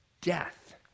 death